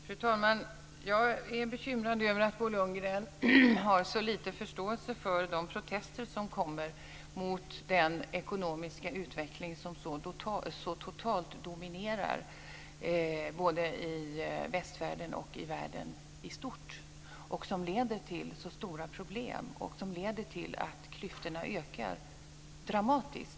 Fru talman! Jag är bekymrad över att Bo Lundgren har så liten förståelse för de protester som kommer mot den ekonomiska utveckling som så totalt dominerar både i västvärlden och i världen i stort och som leder till stora problem och till att klyftorna ökar dramatiskt.